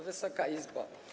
Wysoka Izbo!